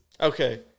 okay